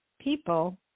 people